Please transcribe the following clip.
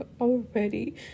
already